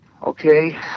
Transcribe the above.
Okay